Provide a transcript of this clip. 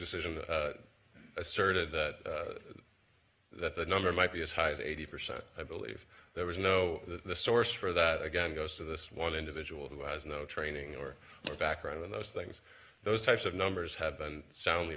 decision asserted that that the number might be as high as eighty percent i believe there was no the source for that again goes to this one individual who has no training or background in those things those types of numbers have been soundly